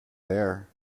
there